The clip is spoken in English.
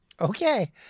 Okay